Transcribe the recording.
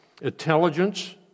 Intelligence